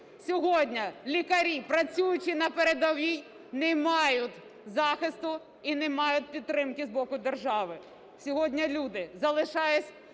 Сьогодні лікарі, працюючи на передовій, не мають захисту і не мають підтримки з боку держави. Сьогодні люди залишаючись